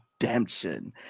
Redemption